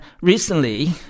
recently